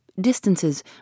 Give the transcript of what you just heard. distances